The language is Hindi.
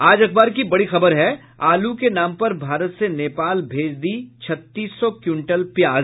आज अखबार की बड़ी खबर है आलू के नाम पर भारत से नेपाल भेज दी छत्तीस सौ क्विंटल प्याज